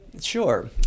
Sure